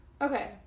Okay